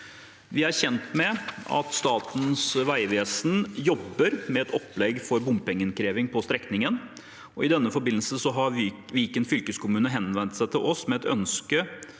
Vi er kjent med at Statens vegvesen jobber med et opplegg for bompengeinnkreving på strekningen. I den forbindelse har Viken fylkeskommune henvendt seg til oss med et ønsket